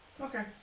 Okay